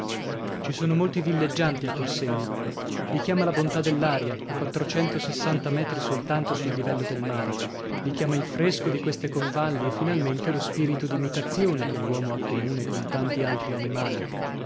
ci sono molti villeggianti a corsenna li chiama la bontà dell'aria a quattrocentosessanta metri soltanto sul livello del mare li chiama il fresco di queste convalli e finalmente lo spirito d'imitazione che l'uomo ha comune con tanti altri animali